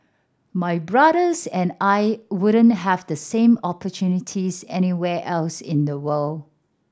my brothers and I wouldn't have the same opportunities anywhere else in the world